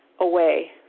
away